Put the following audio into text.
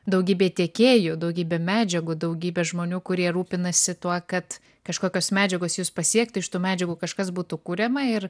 daugybė tiekėjų daugybė medžiagų daugybė žmonių kurie rūpinasi tuo kad kažkokios medžiagos jus pasiektų iš tų medžiagų kažkas būtų kuriama ir